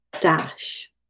dash